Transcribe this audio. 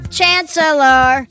chancellor